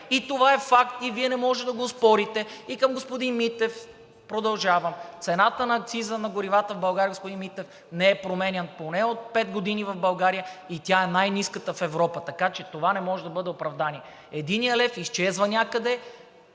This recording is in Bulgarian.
Това е факт и Вие не можете да го оспорите. И към господин Митев продължавам. Цената на акциза на горивата в България, господин Митев, не е променяна поне от пет години в България и тя е най-ниската в Европа. Така че това не може да бъде оправдание. Единият лев изчезва някъде.